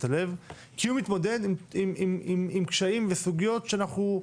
הלב כי הוא מתמודד עם קשיים וסוגיות שאנחנו,